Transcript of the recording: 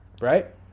right